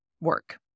work